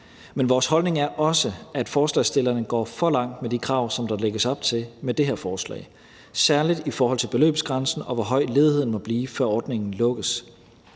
Men vores holdning er også, at forslagsstillerne går for langt med de krav, som der lægges op til med det her forslag, særlig i forhold til beløbsgrænsen og hvor høj ledigheden må blive, før ordningen lukkes.